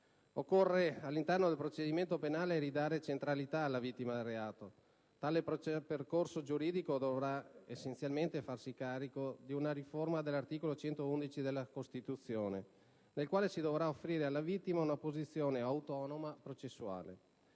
Occorre, all'interno del procedimento penale, ridare centralità alla vittima del reato; tale percorso giuridico dovrà essenzialmente farsi carico di una riforma dell'articolo 111 della Costituzione, offrendo alla vittima un'autonoma posizione processuale.